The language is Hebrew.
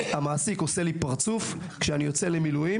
המעסיק עושה לי פרצוף כשאני יוצא למילואים,